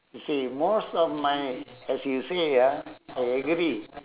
you see most of my as you say ah I agree